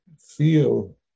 feel